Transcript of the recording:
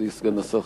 מכובדי סגן השר,